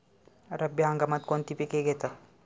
रब्बी हंगामात कोणती पिके घेतात?